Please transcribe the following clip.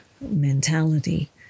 mentality